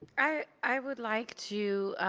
ah i would like to